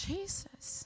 Jesus